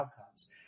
outcomes